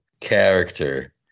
character